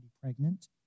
pregnant